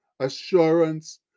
assurance